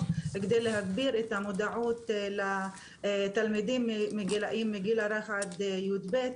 בכדי להגביר את מודעות התלמידים מגיל הרך עד י"ב.